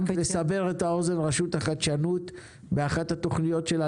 רק לסבר את האוזן: רשות החדשנות באחת התוכניות שלה